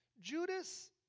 Judas